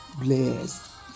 bless